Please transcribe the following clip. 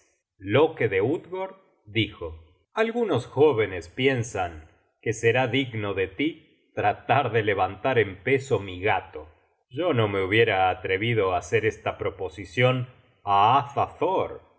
loke de utgord dijo algunos jóvenes piensan que será digno de tí tratar de levantar en peso mi gato yo no me hubiera atrevido á hacer esta proposicion á